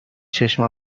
چشم